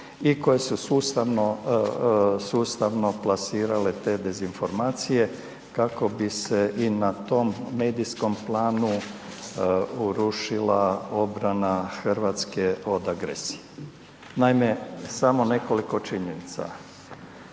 sustavno, sustavno plasirale te dezinformacije kako bi se i na tom medijskom planu urušila obrana RH od agresije. Naime, samo nekoliko činjenica.